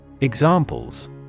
Examples